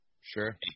Sure